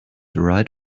right